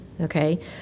okay